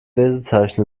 lesezeichen